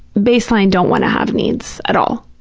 baseline, don't want to have needs at all,